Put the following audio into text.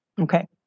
Okay